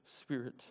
Spirit